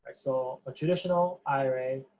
so, a traditional ira,